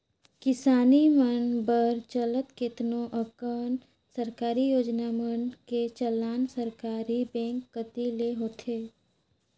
किसानी मन बर चलत केतनो अकन सरकारी योजना मन के संचालन सहकारी बेंक कति ले होथे